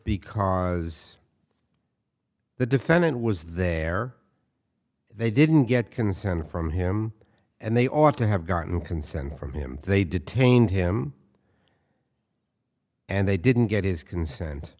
because the defendant was there they didn't get consent from him and they ought to have gotten consent from him they detained him and they didn't get his consent